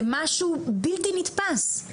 זה משהו בלתי נתפס.